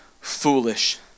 foolish